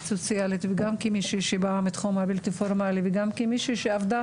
סוציאלית וגם כמישהי שבאה מתחום החינוך הבלתי פורמלי וגם כמישהי שעבדה